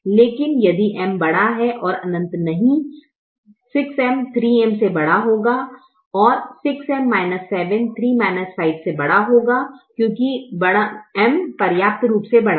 लेकिन यदि M बड़ा है और अनंत नहीं 6M 3M से बड़ा होगा और 6M 7 3 5 से बड़ा होगा क्योंकि M पर्याप्त रूप से बड़ा है